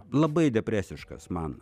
labai depresiškas man